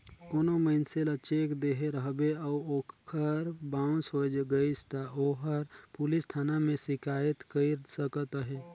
कोनो मइनसे ल चेक देहे रहबे अउ ओहर बाउंस होए गइस ता ओहर पुलिस थाना में सिकाइत कइर सकत अहे